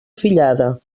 fillada